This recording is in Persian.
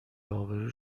ابرو